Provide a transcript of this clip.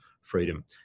freedom